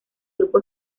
grupo